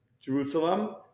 Jerusalem